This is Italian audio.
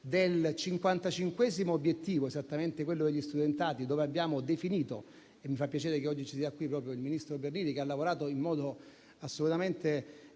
obiettivo, esattamente quello degli studentati. Abbiamo definito - e mi fa piacere che oggi sia qui con me proprio il ministro Bernini, che ha lavorato in modo assolutamente